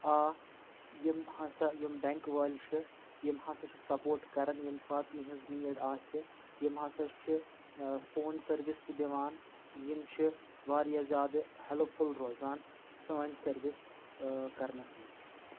آ یِم ہَسا یِم بیٚنٛک وٲلۍ چھِ یِم ہَسا چھِ سپوٹ کَران ییٚمہِ ساتہٕ یِہٕنٛز نیٖڈ آسہِ یِم ہسا چھِ فون سٔروِس تہِ دِوان یِم چھِ واریاہ زیادٕ ہیٚلٕپ فُل روزان سٲنۍ سٔروِس کَرنَس منٛز